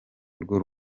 urwo